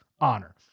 honor